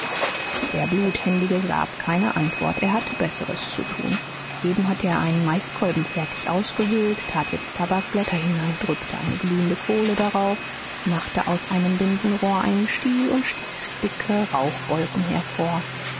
der bluthändige gab keine antwort er hatte besseres zu tun eben hatte er einen maiskolben fertig ausgehöhlt tat jetzt tabakblätter hinein drückte eine glühende kohle drauf machte aus einem binsenrohr einen stiel und stieß dicke rauchwolken hervor